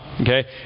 Okay